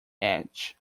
edge